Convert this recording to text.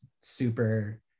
super